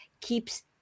keeps